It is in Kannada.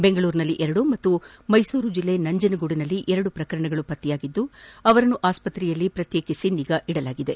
ಬೆಂಗಳೂರಿನಲ್ಲಿ ಎರಡು ಪಾಗೂ ಮೈಸೂರು ಜಿಲ್ಲೆಯ ನಂಜನಗೂಡಿನಲ್ಲಿ ಎರಡು ಪ್ರಕರಣಗಳು ಪತ್ತೆಯಾಗಿದ್ದು ಅವರನ್ನು ಆಸ್ಪತ್ರೆಯಲ್ಲಿ ಪ್ರತ್ಯೇಕಿಸಿನಿಗಾ ವಹಿಸಲಾಗಿದೆ